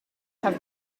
have